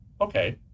Okay